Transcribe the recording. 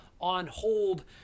on-hold